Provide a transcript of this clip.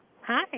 Hi